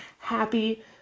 Happy